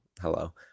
hello